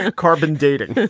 ah carbon dating